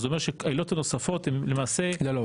זה אומר שהעילות הנוספות הן למעשה --- לא,